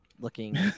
looking